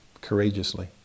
courageously